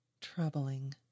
Troubling